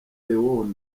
leone